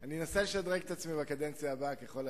אני אנסה לשדרג את עצמי בקדנציה הבאה ככל האפשר.